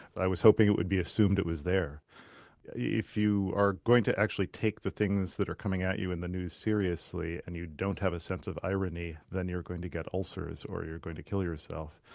i was hoping it would be assumed it was there. if yeah you if you are going to actually take the things that are coming at you in the news seriously and you don't have a sense of irony, then you're going to get ulcers or you're going to kill yourself.